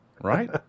right